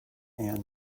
and